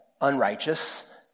unrighteous